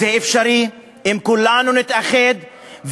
זה אפשרי אם כולנו נתאחד,